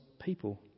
people